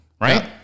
Right